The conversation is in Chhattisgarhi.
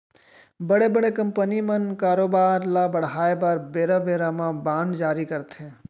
बड़े बड़े कंपनी मन कारोबार ल बढ़ाय बर बेरा बेरा म बांड जारी करथे